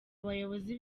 abayobozi